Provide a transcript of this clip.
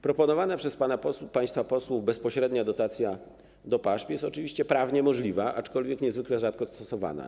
Proponowana przez państwa posłów bezpośrednia dotacja do PAŻP jest oczywiście prawnie możliwa, aczkolwiek niezwykle rzadko stosowana.